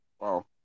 Wow